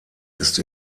ist